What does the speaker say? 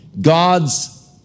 God's